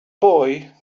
boy